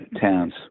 towns